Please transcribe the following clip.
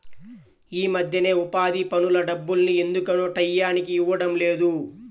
యీ మద్దెన ఉపాధి పనుల డబ్బుల్ని ఎందుకనో టైయ్యానికి ఇవ్వడం లేదు